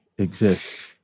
Exist